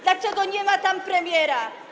Dlaczego nie ma tam premiera?